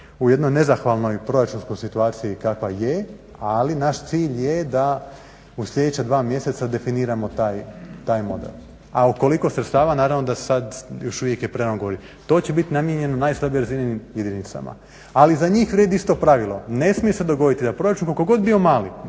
u jednoj nezahvalnoj proračunskoj situaciji kakva je, ali naš cilj je da u sljedeća dva mjeseca definiramo taj model, a koliko sredstava naravno da sad još uvijek je prerano govoriti. To će biti namijenjeno najslabijoj razini jedinicama, ali za njih vrijedi isto pravilo, ne smije se dogodit da proračun koliko god bio mali,